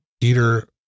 Peter